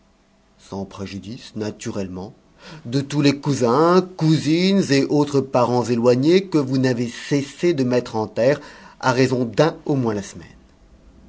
sans préjudice naturellement de tous les cousins cousines et autres parents éloignés que vous n'avez cessé de mettre en terre à raison d'un au moins la semaine